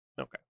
Okay